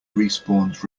respawns